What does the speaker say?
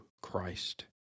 Christ